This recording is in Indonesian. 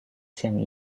siang